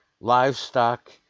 livestock